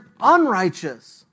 unrighteous